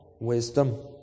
wisdom